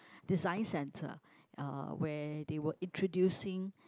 design centre uh where they were introducing